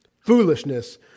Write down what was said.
foolishness